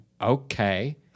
okay